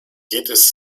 jedes